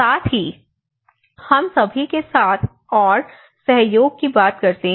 साथ ही हम सभी के साथ और सहयोग की बात करते हैं